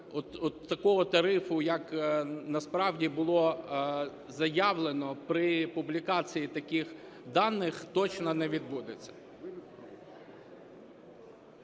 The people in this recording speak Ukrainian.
такого тарифу, як насправді було заявлено при публікації таких даних, точно не відбудеться.